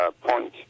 point